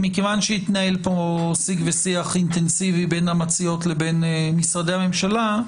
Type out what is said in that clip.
מכיוון שהתנהל פה שיג ושיח אינטנסיבי בין המציעות לבין משרדי הממשלה,